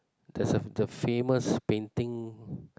there's a the famous painting